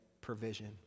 provision